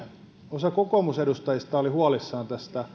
osa kokoo musedustajista oli huolissaan